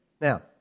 Now